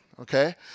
Okay